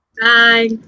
Bye